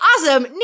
awesome